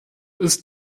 ist